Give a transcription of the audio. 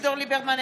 אביגדור ליברמן,